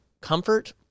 comfort